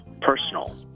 personal